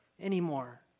anymore